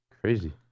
Crazy